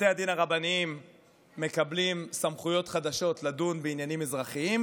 בתי הדין הרבניים מקבלים סמכויות חדשות לדון בעניינים אזרחיים,